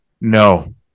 No